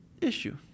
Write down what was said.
issue